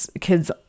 kids